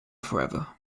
forever